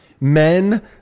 men